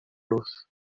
los